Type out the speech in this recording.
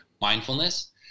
mindfulness